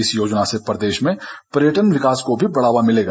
इस योजना से प्रदेश में पर्यटन विकास को भी बढ़ावा मिलेगा